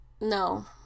No